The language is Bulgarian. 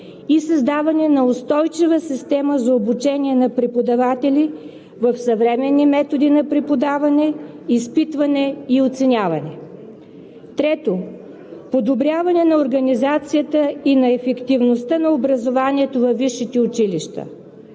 и създаване на устойчива система за обучение на преподаватели в съвременни методи на преподаване, изпитване и оценяване. 3. Подобряване на организацията и на ефективността на образованието във висшите училища,